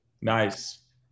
Nice